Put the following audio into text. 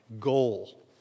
goal